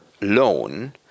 loan